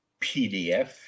pdf